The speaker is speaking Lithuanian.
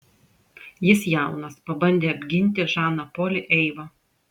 jis jaunas pabandė apginti žaną polį eiva